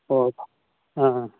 ꯍꯣꯏ ꯑꯥ